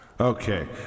Okay